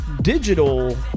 digital